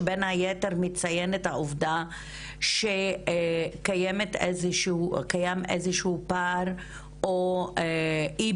שבין היתר מציין את העובדה שקיימים איזשהו פער או אי